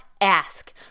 ask